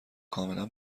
کاملا